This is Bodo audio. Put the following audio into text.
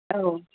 औ